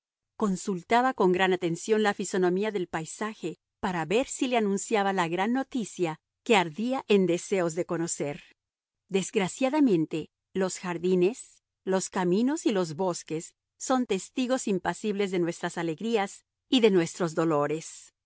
consultaba con gran atención la fisonomía del paisaje para ver si le anunciaba la gran noticia que ardía en deseos de conocer desgraciadamente los jardines los caminos y los bosques son testigos impasibles de nuestras alegrías y de nuestros dolores